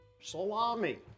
salami